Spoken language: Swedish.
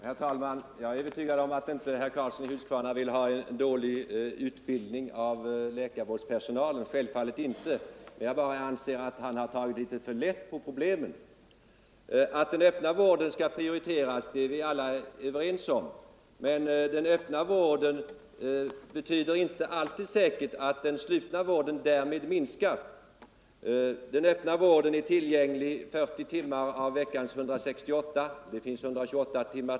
Herr talman! Jag är övertygad om att herr Karlsson i Huskvarna inte vill ha en dåligt utbildad sjukvårdspersonal. Självfallet inte. Men jag anser att han har tagit litet för lätt på problemen. Att den öppna vården skall prioriteras är vi alla överens om. Men det betyder inte nödvändigtvis att den slutna därmed minskar. Den öppna vården är tillgänglig 40 timmar av veckans 168. Det finns ytterligare 128 timmar.